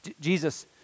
Jesus